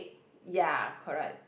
ya correct